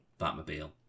Batmobile